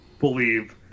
Believe